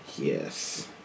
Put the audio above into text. Yes